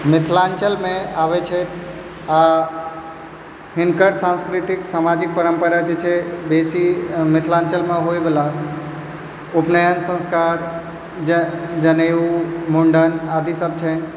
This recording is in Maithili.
मिथिलाञ्चलमे आबै छथि आओर हिनकर सामाजिक सांस्कृतिक परम्परा जे छै बेसी मिथिलाञ्चलमे होइवला उपनयन संस्कार जनेऊ मुण्डन आदि सभ छन्हि